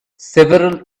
several